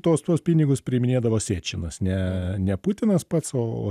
tos tuos pinigus priiminėdavo sėčinas ne ne putinas pats o